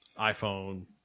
iPhone